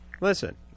listen